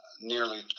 nearly